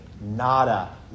nada